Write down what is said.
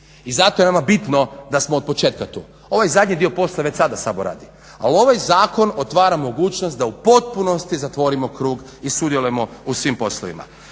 I zato je veoma bitno da smo od početka tu. Ovaj zadnji dio posla već sada Sabor radi. Ali ovaj zakon otvara mogućnost da u potpunosti zatvorimo krug i sudjelujemo u svim poslovnima.